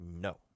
No